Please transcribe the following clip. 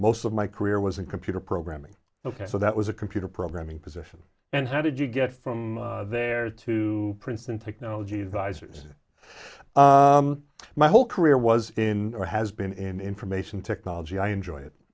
most of my career was in computer programming ok so that was a computer programming position and how did you get from there to princeton technology advisors my whole career was in or has been in information technology i enjoy it